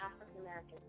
African-American